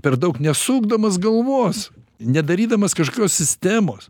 per daug nesukdamas galvos nedarydamas kažokios sistemos